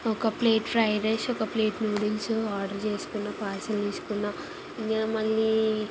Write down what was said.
ఒక plate fried rice ఒక plate noodles order చేసుకున్నాను పార్సిల్ తీసుకున్నాను ఇంకా మళ్ళీ